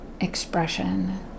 Expression